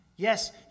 Yes